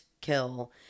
kill